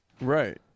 Right